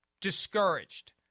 discouraged